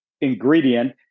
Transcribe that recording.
ingredient